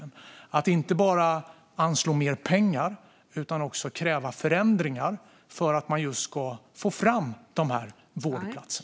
Det handlar inte bara om att anslå mer pengar utan också om att kräva förändringar för att man just ska få fram dessa vårdplatser.